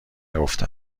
نگفته